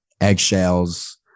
eggshells